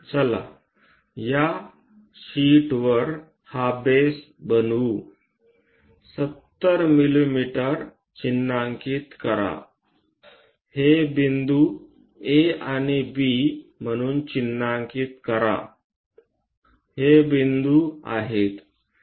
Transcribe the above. चला या शीटवर हा बेस काढू 70 मिमी चिन्हांकित करा हे बिंदू A आणि B म्हणून चिन्हांकित करा हे बिंदू आहेत